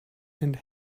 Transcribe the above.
and